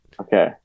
Okay